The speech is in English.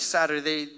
Saturday